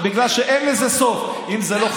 לא,